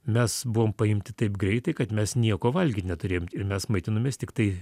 mes buvom paimti taip greitai kad mes nieko valgyti neturėjom ir mes maitinomės tiktai